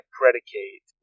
predicate